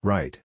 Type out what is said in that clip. Right